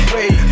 Wait